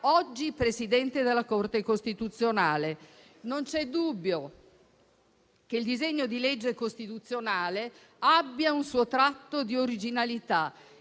oggi Presidente della Corte costituzionale. Non c'è dubbio che il disegno di legge costituzionale abbia un suo tratto di originalità